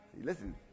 Listen